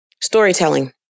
Storytelling